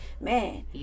man